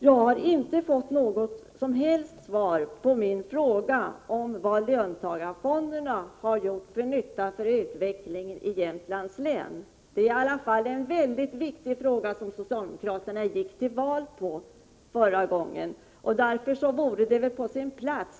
Jag har inte fått något som helst svar på min fråga, vad löntagarfonderna har gjort för nytta för utvecklingen i Jämtlands län. Frågan om löntagarfonderna är en mycket viktig fråga, som socialdemokraterna gick till val på förra gången.